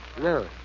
No